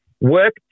work